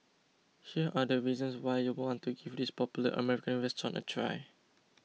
here are the reasons why you'd want to give this popular American restaurant a try